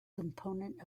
component